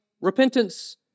repentance